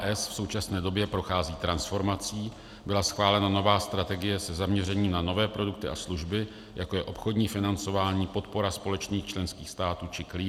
MBHS v současné době prochází transformací, byla schválena nová strategie se zaměřením na nové produkty a služby, jako je obchodní financování, podpora společných členských států či clearing.